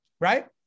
Right